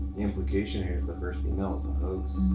implication here is the first email was a hoax.